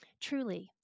Truly